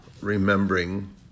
remembering